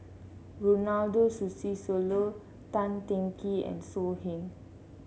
Ronald Susilo Tan Teng Kee and So Heng